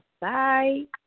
Bye